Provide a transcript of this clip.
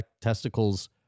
testicles